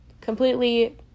completely